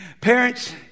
Parents